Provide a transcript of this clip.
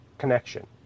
connection